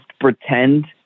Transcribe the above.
pretend